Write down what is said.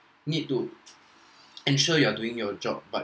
need to ensure you are doing your job but